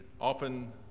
often